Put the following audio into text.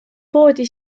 poodi